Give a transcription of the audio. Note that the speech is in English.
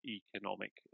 economic